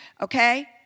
Okay